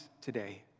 today